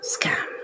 scam